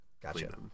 Gotcha